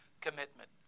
commitment